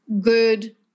good